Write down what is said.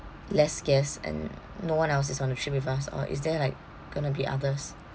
less guests and no one else is on the trip with us or is there like going to be others